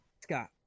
Scott